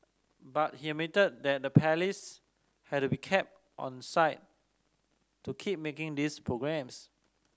but he admitted that the Palace had be kept onside to keep making these programmes